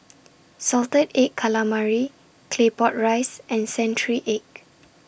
Salted Egg Calamari Claypot Rice and Century Egg